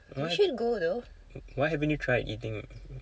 why why haven't you tried eating it